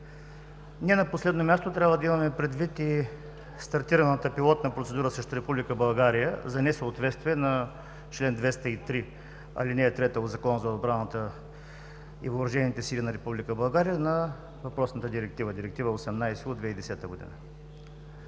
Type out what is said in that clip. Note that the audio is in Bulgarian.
Не на последно място трябва да имаме предвид и стартираната пилотна процедура срещу Република България за несъответствие на чл. 203, ал. 3 от Закона за отбраната и въоръжените сили на Република България на въпросната Директива 18 от 2010 г.